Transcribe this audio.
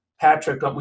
Patrick